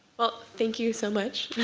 well, thank you so much.